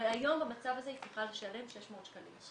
הרי היום במצב הזה היא צריכה לשלם 600 שקלים,